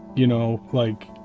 you know, like,